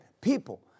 People